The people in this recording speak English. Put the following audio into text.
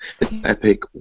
Epic